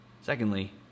Secondly